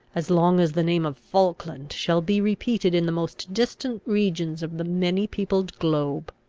as long as the name of falkland shall be repeated in the most distant regions of the many-peopled globe.